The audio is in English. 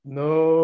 no